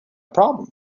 problem